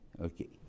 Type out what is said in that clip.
Okay